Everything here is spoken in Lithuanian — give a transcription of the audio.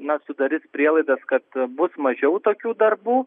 na sudaryti prielaidas kad bus mažiau tokių darbų